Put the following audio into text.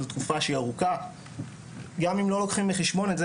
שהתקופה ארוכה גם אם לא לוקחים את זה